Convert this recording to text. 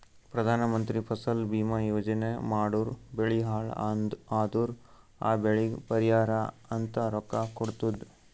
ಪ್ರಧಾನ ಮಂತ್ರಿ ಫಸಲ ಭೀಮಾ ಯೋಜನಾ ಮಾಡುರ್ ಬೆಳಿ ಹಾಳ್ ಅದುರ್ ಆ ಬೆಳಿಗ್ ಪರಿಹಾರ ಅಂತ ರೊಕ್ಕಾ ಕೊಡ್ತುದ್